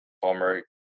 former